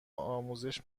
آموزش